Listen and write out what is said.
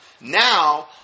now